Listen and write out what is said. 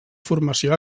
formació